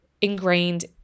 ingrained